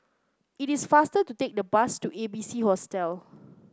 it is faster to take the bus to A B C Hostel